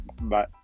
bye